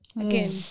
again